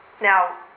Now